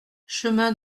chemin